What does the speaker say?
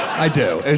i do.